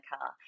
car